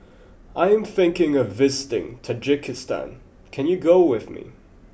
I am thinking of visiting Tajikistan can you go with me